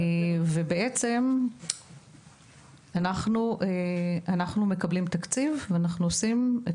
בעצם אנחנו מקבלים תקציב ואנחנו עושים את